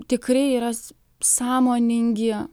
tikrai yra sąmoningi